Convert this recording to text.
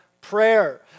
prayer